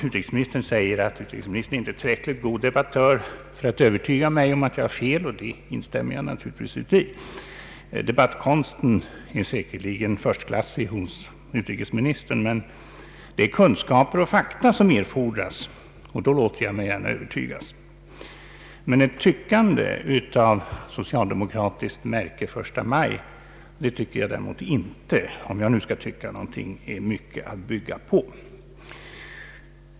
Utrikesministern säger att han inte är tillräckligt god debattör för att övertyga mig om att jag har fel, och det instämmer jag naturligtvis i. Debattkonsten är säkerligen förstklassig hos utrikesminis tern, men det är kunskaper och fakta som erfordras, och av sådana låter jag mig övertygas. Ett tyckande av socialdemokratiskt märke den 1 maj tycker jag däremot inte — om jag nu skall tycka någonting — är mycket att bygga på.